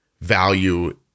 value